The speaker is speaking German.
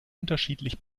unterschiedlich